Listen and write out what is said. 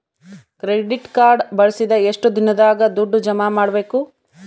Credit card ಬಳಸಿದ ಎಷ್ಟು ದಿನದಾಗ ದುಡ್ಡು ಜಮಾ ಮಾಡ್ಬೇಕು?